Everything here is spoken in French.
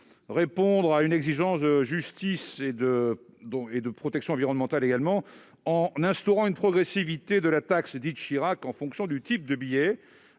répondre à une exigence à la fois de justice et de protection environnementale en instaurant une progressivité de la taxe dite « Chirac », en fonction du type de billet.